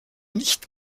nicht